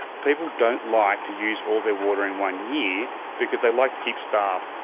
people don't like to use all their water in one year because they like to keep staff,